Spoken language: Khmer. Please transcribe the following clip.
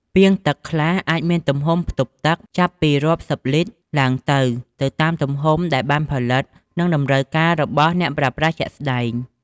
ពាងទឹកខ្លះអាចមានទំហំផ្ទុកទឹកចាប់ពីរាប់សិបលីត្រឡើងទៅ ទៅតាមទំហំដែលបានផលិត និងតម្រូវការរបស់អ្នកប្រើប្រាស់ជាក់ស្តែង។